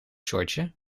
shortje